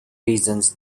reasons